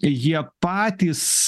jie patys